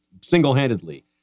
single-handedly